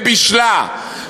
ובישלה,